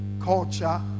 culture